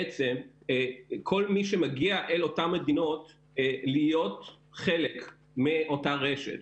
בעצם כל מי שמגיע אל אותן מדינות להיות חלק מאותה רשת.